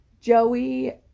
Joey